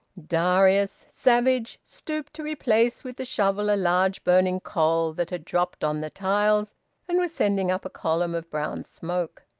darius, savage, stooped to replace with the shovel a large burning coal that had dropped on the tiles and was sending up a column of brown smoke.